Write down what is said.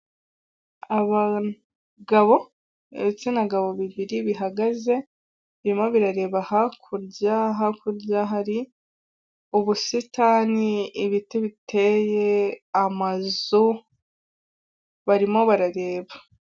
Abagabo, ibitsina gabo bibiri bihagaze birimo birareba hakurya, hakurya hari ubusitani, ibiti biteye, amazu, barimo barareba.